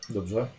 Dobrze